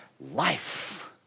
life